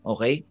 Okay